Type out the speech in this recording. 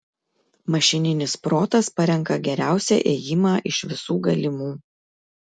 mašininis protas parenka geriausią ėjimą iš visų galimų